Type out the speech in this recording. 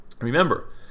Remember